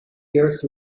years